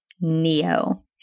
NEO